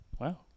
Wow